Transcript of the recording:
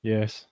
Yes